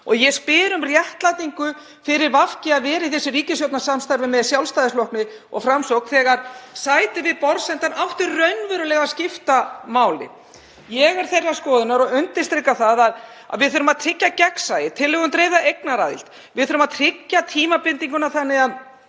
í. Ég spyr um réttlætingu fyrir VG að vera í þessu ríkisstjórnarsamstarfi með Sjálfstæðisflokknum og Framsókn þegar sæti við borðsendann átti raunverulega skipta máli. Ég er þeirrar skoðunar og undirstrika það að við þurfum að tryggja gegnsæi, tillögu um dreifða eignaraðild. Við þurfum að tryggja tímabindinguna þannig að